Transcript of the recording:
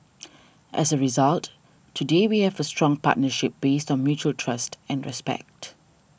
as a result today we have a strong partnership based on mutual trust and respect